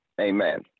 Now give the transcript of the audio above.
Amen